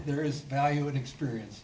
there is value and experience